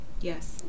Yes